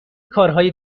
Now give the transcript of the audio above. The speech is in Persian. کارهای